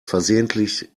versehentlich